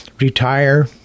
retire